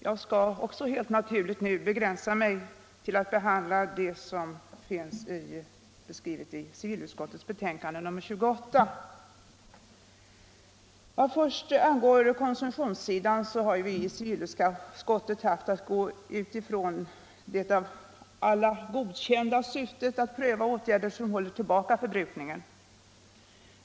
Jag skall begränsa mig till att behandla det som finns beskrivet i civilutskottets betänkande nr 28. Vad angår konsumtionssidan har vi i civilutskottet haft att utgå från det av alla godkända syftet att pröva åtgärder som håller tillbaka energiförbrukningen.